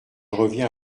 reviens